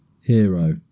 hero